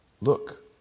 Look